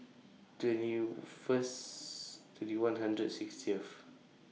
twenty YOU First twenty one hundred sixtieth